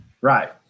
Right